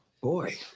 Boy